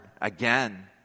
again